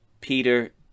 Peter